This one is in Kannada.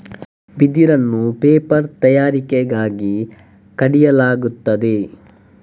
ಬಿದಿರನ್ನು ಪೇಪರ್ ತಯಾರಿಕೆಗಾಗಿ ಕಡಿಯಲಾಗುತ್ತದೆ